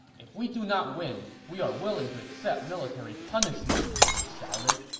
if we do not win, we are willing to accept military punishment! they shouted